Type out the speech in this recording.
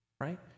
Right